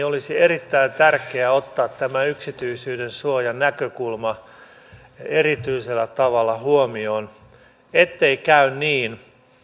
olisi erittäin tärkeää ottaa tämä yksityisyydensuojan näkökulma erityisellä tavalla huomioon ettei käy niin